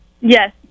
Yes